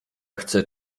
chcę